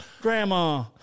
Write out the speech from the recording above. Grandma